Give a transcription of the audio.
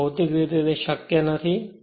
પરંતુ તે ભૌતિક રીતે શક્ય નથી